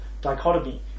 dichotomy